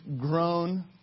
grown